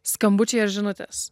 skambučiai ar žinutės